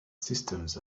systems